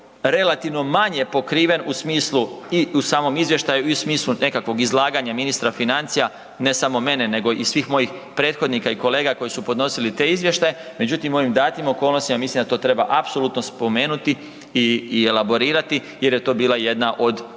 relativno manje pokriven u smislu, i u samom izvještaju i u smislu nekakvog izlaganja ministra financija, ne samo mene nego i svih mojih prethodnika i kolega koji su podnosili te izvještaje. Međutim, u onim datim okolnostima mislim da to treba apsolutno spomenuti i, i elaborirati jer je to bila jedna od